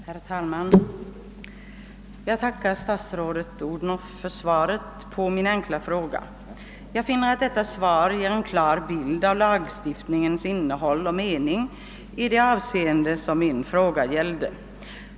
Herr talman! Jag tackar statsrådet Odhnoff för svaret på min enkla fråga. Jag finner att det ger en klar bild av lagstiftningens innehåll och mening i de avseenden som min fråga gällde.